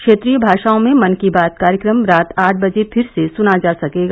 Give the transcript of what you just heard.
क्षेत्रीय भाषाओं में मन की बात कार्यक्रम रात आठ बजे फिर से सुना जा सकेगा